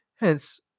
hence